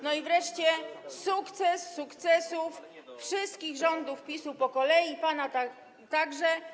I wreszcie sukces sukcesów wszystkich rządów PiS-u po kolei i pana także.